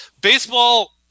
baseball